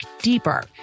deeper